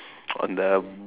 on the